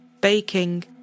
baking